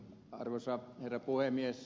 arvoisa herra puhemies